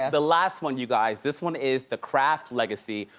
the last one, you guys, this one is the craft legacy.